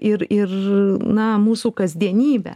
ir ir na mūsų kasdienybę